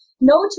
no